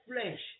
flesh